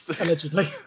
Allegedly